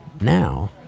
now